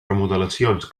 remodelacions